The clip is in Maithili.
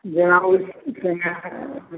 जेना होइछै अहाँकेँ